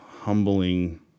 humbling